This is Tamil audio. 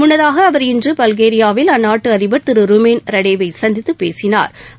முன்னதாக அவா் இன்று பல்கேரியாவில் அந்நாட்டு அதிபா் திரு ருமேன் ரடேவை சந்தித்து பேசினாா்